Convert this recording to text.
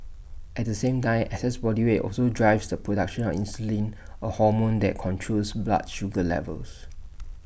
at the same time excess body weight also drives the production of insulin A hormone that controls blood sugar levels